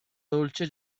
dolce